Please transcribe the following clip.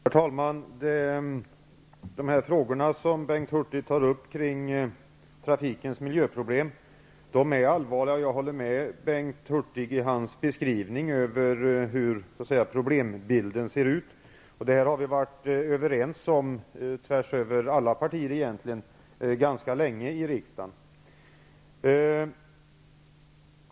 Herr talman! De frågor som Bengt Hurtig tar upp kring trafikens miljöproblem är allvarliga. Jag instämmer i Bengt Hurtigs beskrivning över hur problembilden ser ut, vilket vi tvärs över alla partier ganska länge har varit överens om.